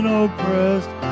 oppressed